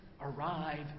arrive